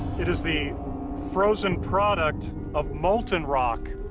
it is the frozen product of molten rock.